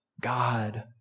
God